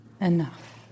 enough